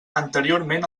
anteriorment